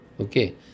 Okay